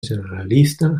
generalista